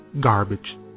garbage